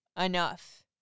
enough